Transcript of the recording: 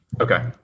Okay